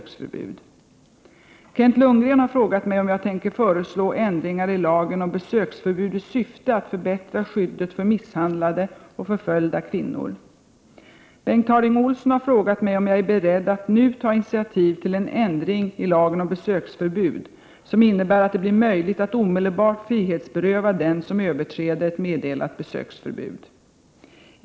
Kent Lundgren har frågat mig om jag tänker föreslå ändringar i lagen om besöksförbud i syfte att förbättra skyddet för misshandlade och förföljda kvinnor. Bengt Harding Olson har frågat mig om jag är beredd att nu ta initiativ till » en ändring i lagen om besöksförbud som innebär att det blir möjligt att omedelbart frihetsberöva den som överträder ett meddelat besöksförbud.